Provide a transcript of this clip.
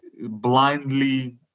blindly